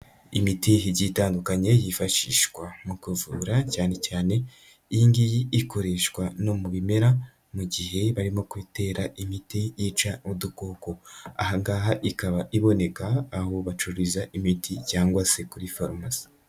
Imiti igiye itandukanye yifashishwa mu kuvura, cyane cyane iyi ngiyi ikoreshwa no mu bimera, mu gihe barimo kubitera imiti yica udukoko, aha ngaha ikaba iboneka aho bacururiza imiti cyangwa se kuri farumasi.